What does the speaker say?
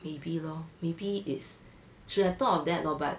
maybe lor maybe is should have thought of lor but